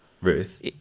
Ruth